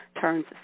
turns